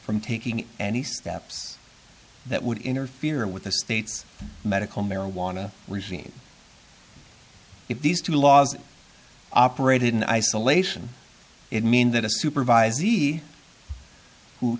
from taking any steps that would interfere with the state's medical marijuana regime if these two laws operated in isolation it means that a supervisee who